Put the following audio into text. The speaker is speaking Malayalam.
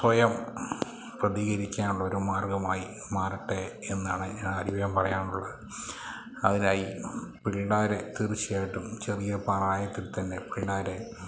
സ്വയം പ്രതികരിക്കാൻ ഉള്ളൊരു മാർഗ്ഗമായി മാറട്ടെ എന്നാണ് ഞാനധി വേഗം പറയാനുള്ളത് അതിനായി പിള്ളേരു തീർച്ചയായിട്ടും ചെറിയ പ്രായത്തിൽ തന്നെ പിള്ളാരെ